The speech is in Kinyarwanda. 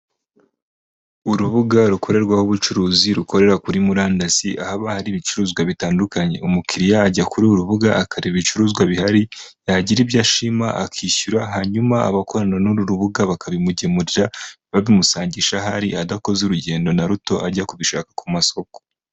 Urubuga rukorerwaho ubucuruzi rukorera kuri murandasi ahaba hari ibicuruzwa bitandukanye. Umukiriya ajya kuri uru rubuga akareba ibicuruzwa bihari, yagira ibyo ashima akishyura hanyuma abakorana n'uru rubuga bakabimugemurira babimusangisha aho ari adakoze urugendo na ruto ajya kubishaka ku masoko.